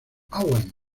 owen